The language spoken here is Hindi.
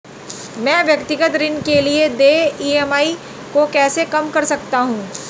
मैं व्यक्तिगत ऋण के लिए देय ई.एम.आई को कैसे कम कर सकता हूँ?